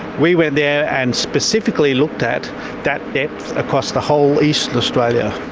we went there and specifically looked at that depth across the whole east of australia.